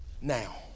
Now